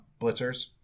blitzers